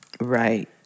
Right